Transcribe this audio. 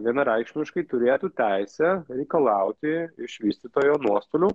vienareikšmiškai turėtų teisę reikalauti iš vystytojo nuostolių